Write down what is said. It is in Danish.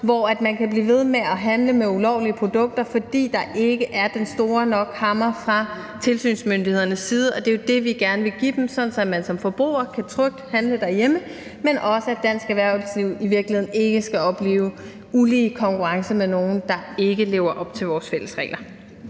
hvor nogle kan blive ved med at handle med ulovlige produkter, fordi der ikke er en stor nok hammer fra tilsynsmyndighedernes side. Det er jo det, vi gerne vil give dem, så man som forbruger trygt kan handle derhjemme, men også, at dansk erhvervsliv i virkeligheden ikke skal opleve ulige konkurrence med nogle, der ikke lever op til vores fælles regler.